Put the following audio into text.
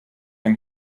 and